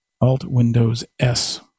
Alt-Windows-S